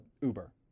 Uber